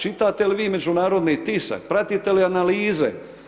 Čitate li vi međunarodni tisak, pratite li analize?